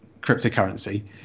cryptocurrency